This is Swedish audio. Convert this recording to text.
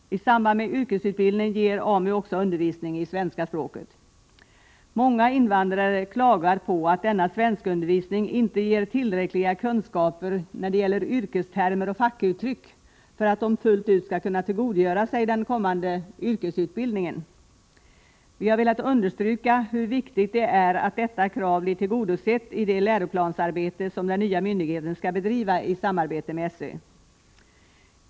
I samband med yrkesutbildningen ger AMU också undervisning i svenska språket. Många invandrare klagar på att denna svenskundervisning inte ger tillräckliga kunskaper i yrkestermer och fackuttryck för att de fullt ut skall kunna tillgodogöra sig den kommande yrkesutbildningen. Vi har velat understryka hur viktigt det är att detta krav blir tillgodosett i det läroplansarbete som den nya myndigheten skall bedriva i samarbete med SÖ.